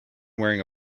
wearing